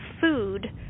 food